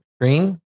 Green